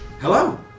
Hello